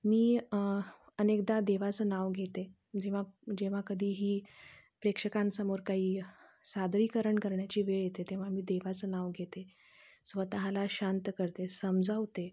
मी अनेकदा देवाचं नाव घेते जेव्हा जेव्हा कधीही प्रेक्षकांसमोर काही सादरीकरण करण्याची वेळ येते तेव्हा मी देवाचं नाव घेते स्वतःला शांत करते समजावते